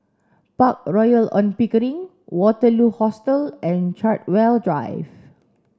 Park Royal On Pickering Waterloo Hostel and Chartwell Drive